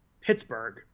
Pittsburgh